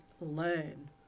learn